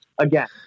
again